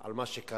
על מה שקרה,